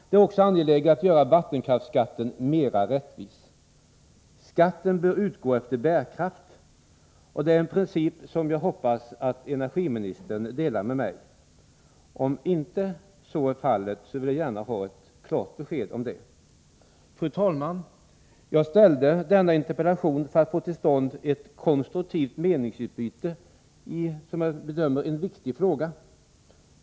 Det är också angeläget att göra vattenkraftsskatten mera rättvis. Skatten bör utgå efter bärkraft, och det är en principiell uppfattning som jag hoppas att energiministern delar med mig. Om inte så är fallet, vill jag gärna ha ett klart besked om det. Fru talman! Jag framställde denna interpellation för att få till stånd ett konstruktivt meningsutbyte i vad jag bedömer som en viktig fråga.